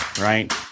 right